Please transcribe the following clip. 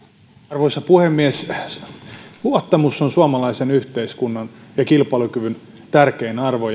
arvoisa puhemies luottamus on suomalaisen yhteiskunnan ja kilpailukyvyn tärkein arvo